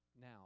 now